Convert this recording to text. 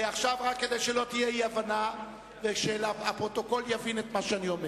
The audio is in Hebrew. כדי שלא תהיה אי-הבנה וכדי שהפרוטוקול יבין את מה שאני אומר,